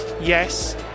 yes